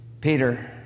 Peter